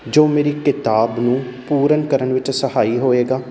ਜੋ ਮੇਰੀ ਕਿਤਾਬ ਨੂੰ ਪੂਰਨ ਕਰਨ ਵਿੱਚ ਸਹਾਈ ਹੋਵੇਗਾ